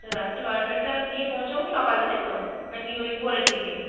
রাত্রি বারোটারটা গিয়ে পৌঁছাবো সকালে তাই তো না কি ওই ভোরের দিকে